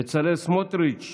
בצלאל סמוטריץ'.